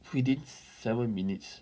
within seven minutes